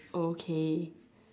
okay